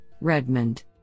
Redmond